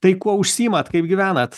tai kuo užsiimat kaip gyvenat